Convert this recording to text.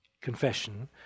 confession